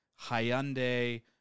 Hyundai